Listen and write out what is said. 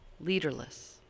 leaderless